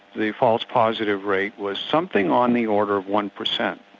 the false positive rate was something on the order of one percent.